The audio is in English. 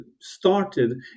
started